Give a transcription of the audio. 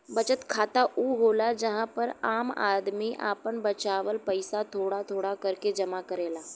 बचत खाता ऊ होला जहां पर आम आदमी आपन बचावल पइसा थोड़ा थोड़ा करके जमा करेला